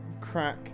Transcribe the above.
crack